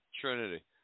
trinity